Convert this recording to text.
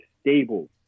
stable